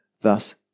Thus